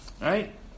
Right